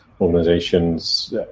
organizations